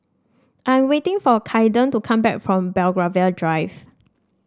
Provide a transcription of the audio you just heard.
I'm waiting for Caiden to come back from Belgravia Drive